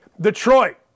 Detroit